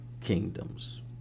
kingdoms